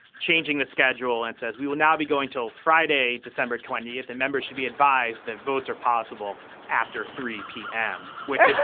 changing the schedule and says we will now be going till friday, december twentieth. and members should be advised that votes are possible after three zero p m, which